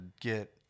get